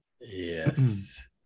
Yes